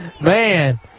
man